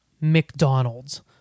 McDonald's